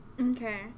Okay